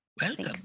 Welcome